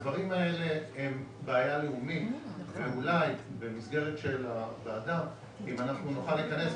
הדברים האלה הם בעיה לאומית ואולי במסגרת של הוועדה אם אנחנו נוכל לכנס,